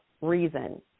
reason